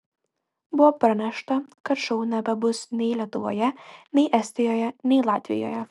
buvo pranešta kad šou nebebus nei lietuvoje nei estijoje nei latvijoje